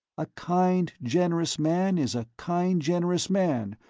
a kind, generous man is a kind generous man,